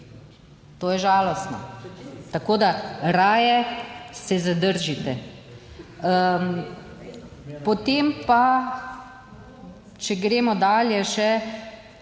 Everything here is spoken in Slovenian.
To je žalostno, tako da raje se zadržite. Potem pa, če gremo dalje še,